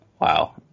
Wow